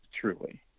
truly